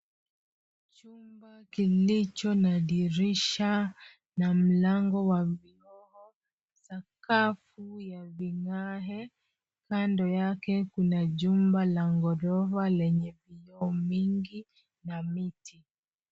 Chumba kilicho na dirisha na mlango wa vioo, sakafu ya vigae, kando yake kuna jumba la ghorofa lenye vioo mingi na miti.